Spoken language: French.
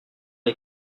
est